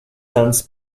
saint